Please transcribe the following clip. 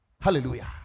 Hallelujah